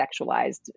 sexualized